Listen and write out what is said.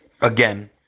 Again